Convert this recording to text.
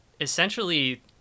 essentially